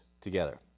together